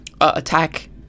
attack